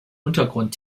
untergrund